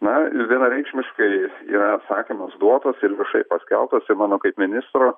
na vienareikšmiškai yra atsakymas duotas ir viešai paskelbtas ir mano kaip ministro